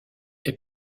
est